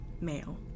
male